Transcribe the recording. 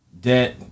Debt